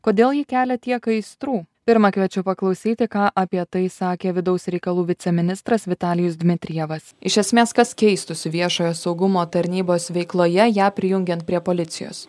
kodėl ji kelia tiek aistrų pirma kviečiu paklausyti ką apie tai sakė vidaus reikalų viceministras vitalijus dmitrijevas iš esmės kas keistųsi viešojo saugumo tarnybos veikloje ją prijungiant prie policijos